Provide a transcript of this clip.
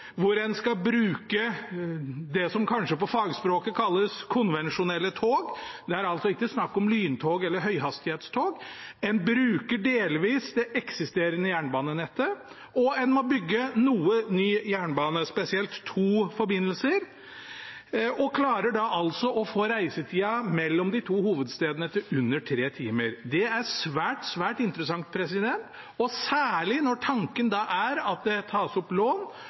hvor en skal bruke det som kanskje på fagspråket kalles konvensjonelle tog – det er ikke snakk om lyntog eller høyhastighetstog. En bruker delvis det eksisterende jernbanenettet, og en må bygge noe ny jernbane, spesielt to forbindelser, og klarer da å få reisetida mellom de to hovedstedene til under tre timer. Det er svært interessant, og særlig når tanken er at det tas opp lån,